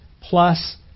plus